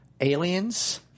Aliens